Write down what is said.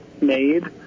made